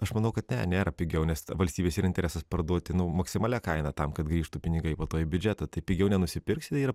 aš manau kad ne nėra pigiau nes valstybės yra interesas parduotino maksimalia kaina tam kad grįžtų pinigai po to į biudžetą tai pigiau nenusipirksi tai yra